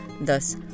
Thus